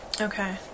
Okay